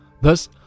Thus